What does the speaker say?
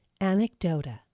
Anecdota